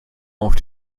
auf